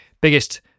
biggest